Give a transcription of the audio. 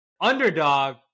underdog